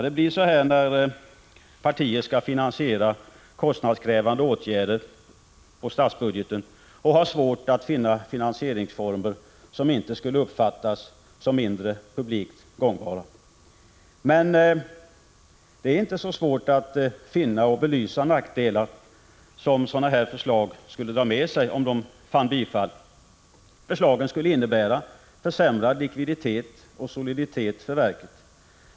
Det blir så här när partier skall finansiera kostnadskrävande åtgärder på statsbudgeten och har svårt att finna finansieringsformer som inte skulle uppfattas som mindre publikt gångbara. Men det är inte så svårt att finna och belysa nackdelar som sådana här förslag skulle dra med sig om de vann bifall. Förslagen skulle innebära försämrad likviditet och soliditet för verket.